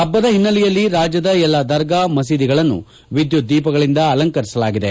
ಹಬ್ಬದ ಹಿನ್ನೆಲೆಯಲ್ಲಿ ರಾಜ್ಯದ ಎಲ್ಲ ದರ್ಗಾ ಮಸೀದಿಗಳನ್ನು ವಿದ್ದುತ್ ದೀಪಗಳಿಂದ ಅಲಂಕರಿಸಲಾಗಿದೆ